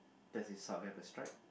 does his sock have a stripe